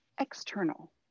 external